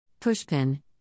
Pushpin